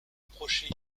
approchez